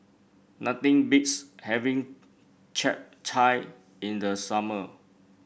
nothing beats having Chap Chai in the summer